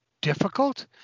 difficult